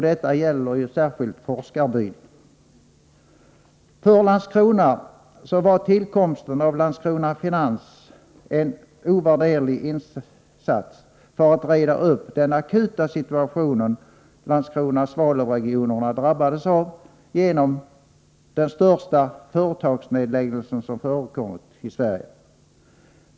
Detta gäller För Landskrona var tillkomsten av Landskrona Finans AB en ovärderlig insats för att reda upp den akuta situation som Landskrona-Svalövsregionen drabbades av till följd av den största företagsnedläggelse som förekommit i Sverige.